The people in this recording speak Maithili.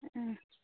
हुँ